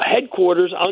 headquarters